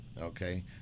Okay